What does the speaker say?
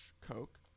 Coke